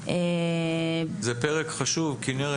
זה פרק חשוב, כנרת.